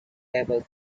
able